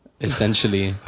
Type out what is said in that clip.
Essentially